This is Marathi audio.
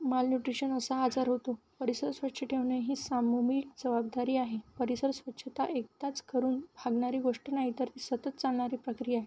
मालन्यूट्रिशन असा आजार होतो परिसर स्वच्छ ठेवणे ही सामूहिक जवाबदारी आहे परिसर स्वच्छता एकताच करून भागणारी गोष्ट नाहीतरी सतत चालणारी प्रक्रिया आहे